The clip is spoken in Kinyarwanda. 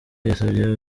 yasabye